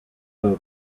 folks